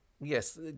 Yes